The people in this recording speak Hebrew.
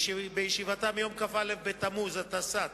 בישיבתה ביום כ"א בתמוז התשס"ט,